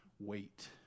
Wait